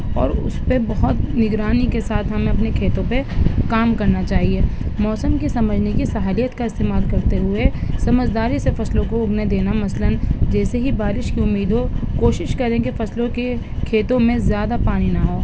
اور اس پہ بہت نگرانی کے ساتھ ہمیں اپنے کھیتوں پہ کام کرنا چاہیے موسم کے سمجھنے کی صلاحیت کا استعمال کرتے ہوئے سمجھداری سے فصلوں کو اگنے دینا مثلاً جیسے ہی بارش کی امید ہو کوشش کریں کہ فصلوں کے کھیتوں میں زیادہ پانی نہ ہو